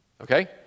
Okay